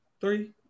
three